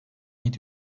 yedi